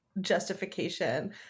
justification